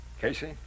Casey